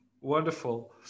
Wonderful